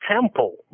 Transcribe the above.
Temple